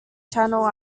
channel